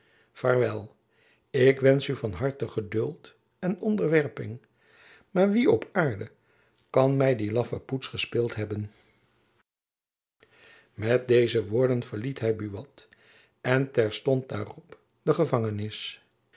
vaarwel ik wensch u van harte geduld en onderwerping maar wie op aarde kan my die laffe poets gespeeld hebben met deze woorden verliet hy buat en terstond daarop de gevangenis